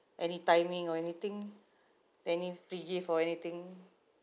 any timing or anything any free gift or anything